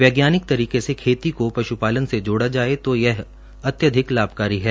वैज्ञानिक तरीके से खेती को पशुपालन से जोडा जाए तो यह अत्यधिक लाभकारी है